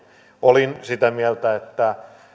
olin sitä mieltä että